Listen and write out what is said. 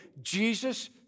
Jesus